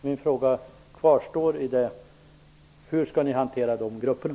Min fråga kvarstår: Hur skall ni hantera de grupperna?